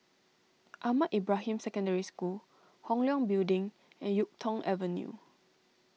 Ahmad Ibrahim Secondary School Hong Leong Building and Yuk Tong Avenue